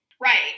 Right